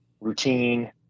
routine